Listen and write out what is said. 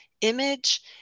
image